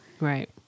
Right